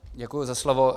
Děkuji za slovo.